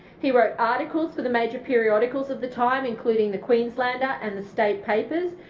he wrote articles for the major periodicals of the time, including the queenslander and the state papers.